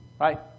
right